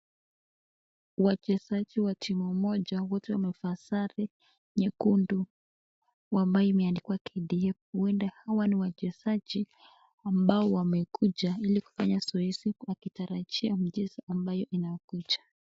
Wachezaji wa timu moja wote wamevaa sare nyekundu. Waani imeandikwa KDF. Huenda hawa ni wachezaji ambao wamekuja ili kufanya mazoezi kwa kutarajia mchezo ambayo inakuja.